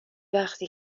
وقتی